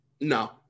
No